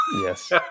Yes